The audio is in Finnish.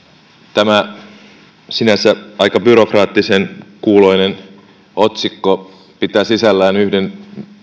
tämä sinänsä aika byrokraattisen kuuloinen otsikko pitää sisällään yhden